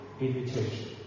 invitation